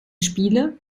spiele